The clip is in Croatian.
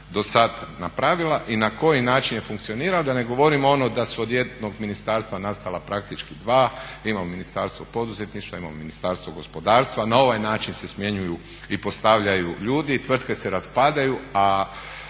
dosad napravila i na koji način je funkcioniralo, da ne govorimo ono da su od jednog ministarstva nastala praktički dva. Imamo Ministarstvo poduzetništva i imamo Ministarstvo gospodarstva. Na ovaj način se smjenjuju i postavljaju ljudi, tvrtke se raspadaju,